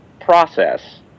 process